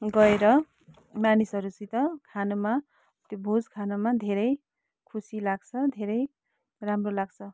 गएर मानिसहरूसित खानुमा त्यो भोज खानमा धेरै खुसी लाग्छ धेरै राम्रो लाग्छ